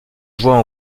joint